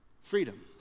freedom